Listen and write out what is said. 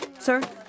Sir